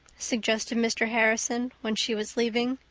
suggested mr. harrison when she was leaving.